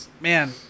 Man